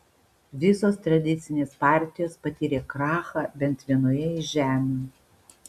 visos tradicinės partijos patyrė krachą bent vienoje iš žemių